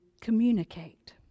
communicate